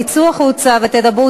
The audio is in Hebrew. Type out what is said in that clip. תצאו החוצה ותדברו.